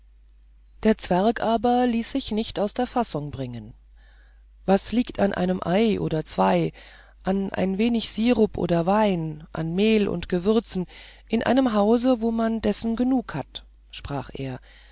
der zwerg aber ließ sich nicht aus der fassung bringen was liegt an einem ei oder zweien an ein wenig sirup und wein an mehl und gewürze in einem hause wo man dessen genug hat sprach er